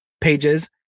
pages